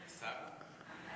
טוב.